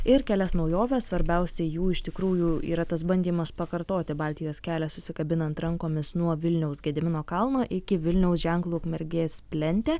ir kelias naujoves svarbiausia jų iš tikrųjų yra tas bandymas pakartoti baltijos kelią susikabinant rankomis nuo vilniaus gedimino kalno iki vilniaus ženklo ukmergės plente